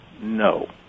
No